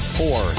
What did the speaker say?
four